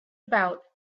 about